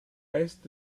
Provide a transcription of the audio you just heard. est